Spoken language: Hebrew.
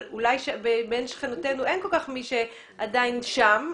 אבל אולי בין שכנותינו אין כל כך מי שעדיין שם,